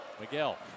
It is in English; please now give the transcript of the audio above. Miguel